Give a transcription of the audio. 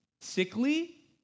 Sickly